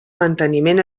manteniment